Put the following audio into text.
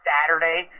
Saturday